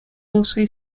also